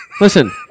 Listen